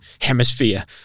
hemisphere